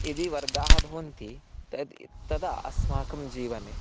यदि वर्गाः भवन्ति यदि तदा अस्माकं जीवने